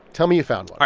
tell me you found ah